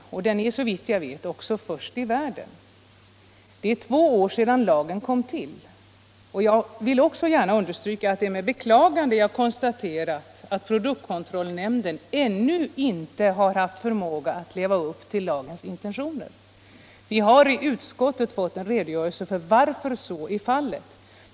Denna lag var, såvitt jag vet, den första av sitt slag i världen. Det är två år sedan lagen kom till, och jag vill med beklagande konstatera att produktkontrollnämnden ännu inte av olika skäl har haft förmåga att leva upp till lagens intentioner. Vi har i utskottet fått en redogörelse för anledningen härtill.